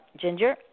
Ginger